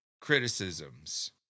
criticisms